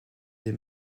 des